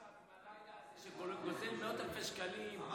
הלילה הזה שגוזל מאות אלפי שקלים,